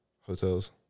hotels